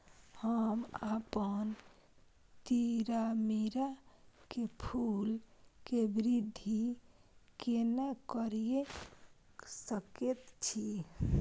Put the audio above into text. हम अपन तीरामीरा के फूल के वृद्धि केना करिये सकेत छी?